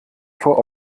vor